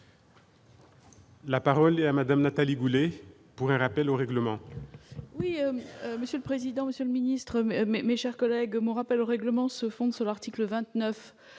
La parole est à Mme Nathalie Goulet, pour un rappel au règlement. Monsieur le président, monsieur le ministre d'État, mes chers collègues, mon intervention se fonde sur l'article 29